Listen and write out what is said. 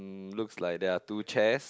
um looks like there are two chairs